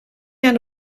naar